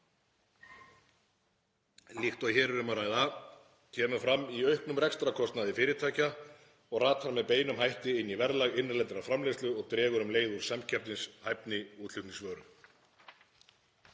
líkt og hér er um að ræða, kemur fram í auknum rekstrarkostnaði fyrirtækja og ratar með beinum hætti inn í verðlag innlendrar framleiðslu og dregur um leið úr samkeppnishæfni útflutningsvöru.